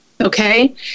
okay